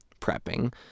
prepping